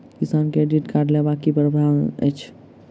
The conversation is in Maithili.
किसान क्रेडिट कार्ड लेबाक की प्रावधान छै?